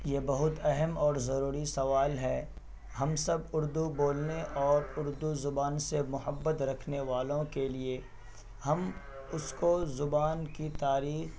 یہ بہت اہم اور ضروری سوال ہے ہم سب اردو بولنے اور اردو زبان سے محبت رکھنے والوں کے لیے ہم اس کو زبان کی تاریخ